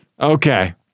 Okay